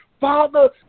Father